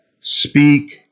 speak